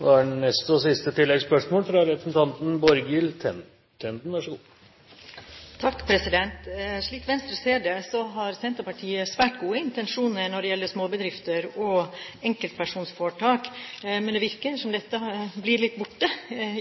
Borghild Tenden – til oppfølgingsspørsmål. Slik Venstre ser det, har Senterpartiet svært gode intensjoner når det gjelder småbedrifter og enkeltpersonforetak, men det virker som om dette blir litt borte